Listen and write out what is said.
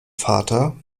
vater